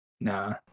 Nah